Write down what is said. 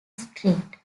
street